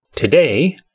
Today